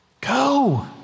Go